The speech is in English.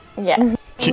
Yes